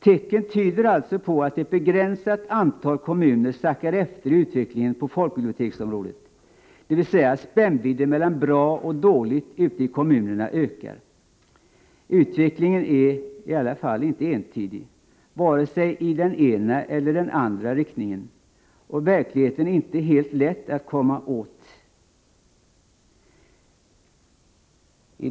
Tecken tyder också på att ett begränsat antal kommuner sackar efter i utvecklingen på folkbiblioteksområdet, dvs. att spännvidden mellan bra och dåligt ute i kommunerna ökar. Utvecklingen är i alla fall inte entydig vare sig i den ena eller i den andra riktningen, och verkligheten är inte helt lätt att komma åt. C.-H.